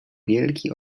wielki